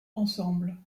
ensemble